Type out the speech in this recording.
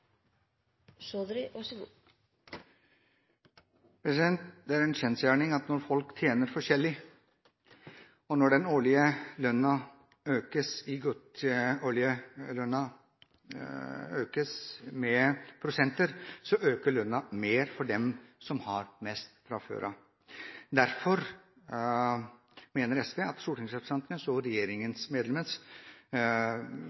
i så vel statlig som privat sektor. Det er en kjensgjerning at når folk tjener forskjellig, og når den årlige lønnen øker i prosent, øker lønnen mer for dem som har mest fra før. Derfor mener SV at stortingsrepresentantene